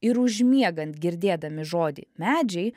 ir užmiegant girdėdami žodį medžiai